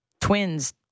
twins